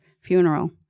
funeral